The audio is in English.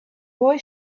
boy